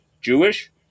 Jewish